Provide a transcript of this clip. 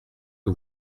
que